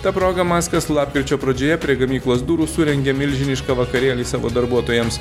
ta proga maskas lapkričio pradžioje prie gamyklos durų surengė milžinišką vakarėlį savo darbuotojams